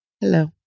hello